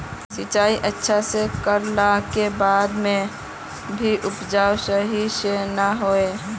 सिंचाई अच्छा से कर ला के बाद में भी उपज सही से ना होय?